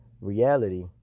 reality